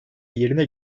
yerine